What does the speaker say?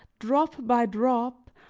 drop by drop,